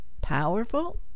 powerful